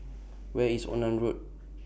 Where IS Onan Road